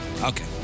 Okay